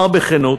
אומר בכנות